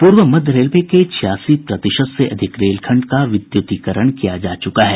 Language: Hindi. पूर्व मध्य रेलवे के छियासी प्रतिशत से अधिक रेलखंड का विद्युतीकरण किया जा चुका है